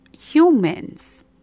humans